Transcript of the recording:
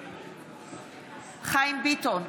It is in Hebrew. בעד חיים ביטון,